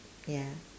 ya